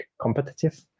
competitive